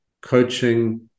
coaching